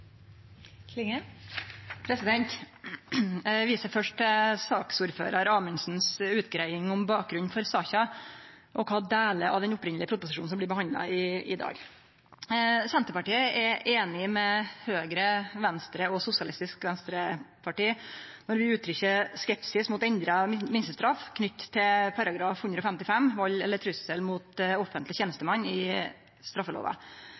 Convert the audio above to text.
viser først til saksordførar Amundsens utgreiing om bakgrunnen for saka og kva for delar av proposisjonen som blir behandla i dag. Senterpartiet er einig med Høgre, Venstre og Sosialistisk Venstreparti når vi uttrykkjer skepsis til endra minstestraff knytt til § 155 i straffelova om vald eller trussel mot offentleg